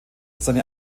seine